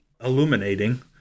illuminating